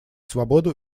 свободу